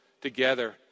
together